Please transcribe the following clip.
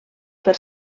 per